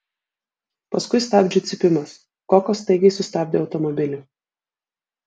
paskui stabdžių cypimas koko staigiai sustabdė automobilį